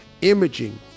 imaging